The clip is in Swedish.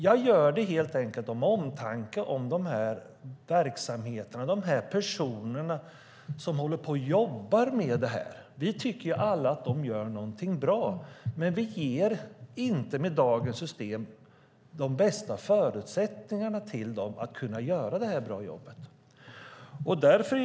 Jag gör det helt enkelt av omtanke om verksamheterna och de personer som jobbar med det här. Vi tycker alla att de gör någonting bra, men med dagens system ger vi dem inte de bästa förutsättningarna att kunna göra jobbet bra.